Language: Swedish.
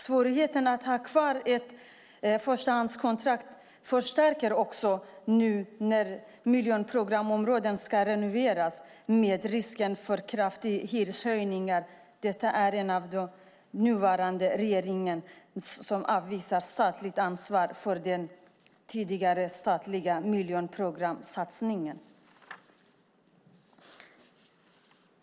Svårigheten att ha kvar ett förstahandskontrakt förstärks också nu när miljonprogramsområdena ska renoveras med risk för kraftiga hyreshöjningar - detta då den nuvarande regeringen avvisar statligt ansvar för den tidigare statliga miljonprogramssatsningen.